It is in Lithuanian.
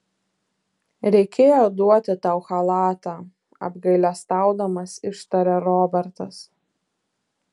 reikėjo duoti tau chalatą apgailestaudamas ištarė robertas